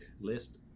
list